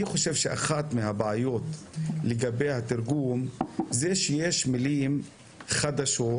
אני חושב שאחת הבעיות של התרגום היא שיש מילים חדשות